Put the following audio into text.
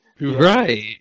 Right